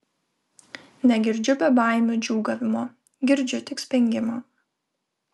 negirdžiu bebaimių džiūgavimo girdžiu tik spengimą